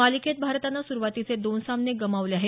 मालिकेत भारतानं सुरुवातीचे दोन सामने गमावले आहेत